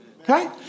okay